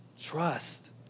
trust